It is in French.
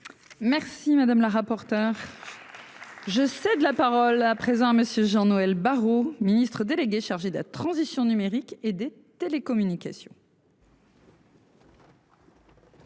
Merci madame la rapporteure. Je. C'est de la parole à présent à monsieur Jean-Noël Barrot, ministre délégué chargé de la transition numérique et des télécommunications.